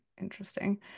interesting